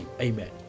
amen